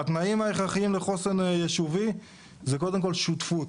והתנאים ההכרחיים לחוסן ישובי זה קודם כל שותפות.